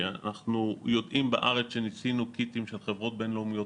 אנחנו יודעים בארץ כשניסינו קיטים של חברות בינלאומיות